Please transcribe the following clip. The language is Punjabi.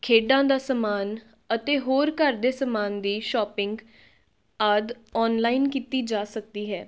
ਖੇਡਾਂ ਦਾ ਸਮਾਨ ਅਤੇ ਹੋਰ ਘਰ ਦੇ ਸਮਾਨ ਦੀ ਸ਼ੋਪਿੰਗ ਆਦਿ ਔਨਲਾਈਨ ਕੀਤੀ ਜਾ ਸਕਦੀ ਹੈ